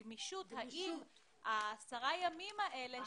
האוצר וגם אגף התקציבים שהם יעבירו את ה-8 מיליון שקל,